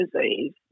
disease